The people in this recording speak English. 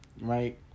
right